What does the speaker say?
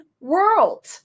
world